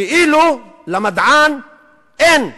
כאילו למדען אין מוסר.